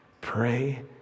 Pray